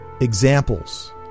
examples